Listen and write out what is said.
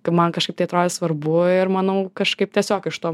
kaip man kažkaip tai atrodė svarbu ir manau kažkaip tiesiog iš to